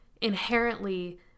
inherently